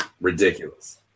Ridiculous